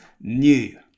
new